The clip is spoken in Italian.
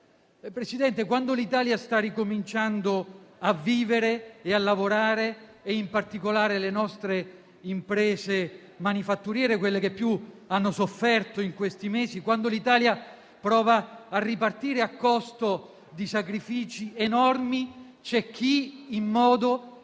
Presidente, l'Italia sta ricominciando a vivere e a lavorare e, in particolare, le nostre imprese manifatturiere, che più hanno sofferto negli ultimi mesi. Quando l'Italia prova a ripartire, a costo di sacrifici enormi, c'è chi in modo